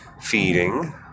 feeding